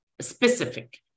specific